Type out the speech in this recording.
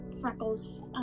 freckles